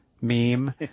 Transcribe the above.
meme